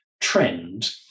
trend